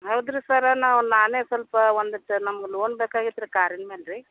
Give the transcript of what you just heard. ಹೌದು ರೀ ಸರ್ರ ನಾವು ನಾನೇ ಸ್ವಲ್ಪ ಒಂದಿಷ್ಟು ನಮ್ಗೆ ಲೋನ್ ಬೇಕಾಗಿತ್ತು ರೀ ಕಾರಿನ ಮೇಲ್ ರೀ